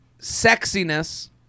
sexiness